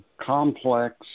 complex